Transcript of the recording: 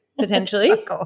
potentially